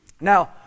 Now